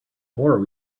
more